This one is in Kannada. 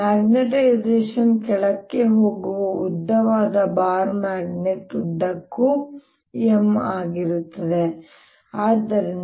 ಮ್ಯಾಗ್ನೆಟೈಸೇಶನ್ ಕೆಳಕ್ಕೆ ಹೋಗುವ ಉದ್ದವಾದ ಬಾರ್ ಮ್ಯಾಗ್ನೆಟ್ ಉದ್ದಕ್ಕೂ M ಆಗಿರುತ್ತದೆ ಮತ್ತು ಆದ್ದರಿಂದ